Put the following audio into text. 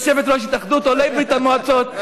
יושבת-ראש התאחדות עולי ברית המועצות,